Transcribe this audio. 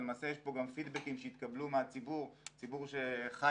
ולמעשה יש פה גם פידבקים שהתקבלו מהציבור שחי